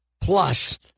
plus